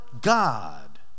God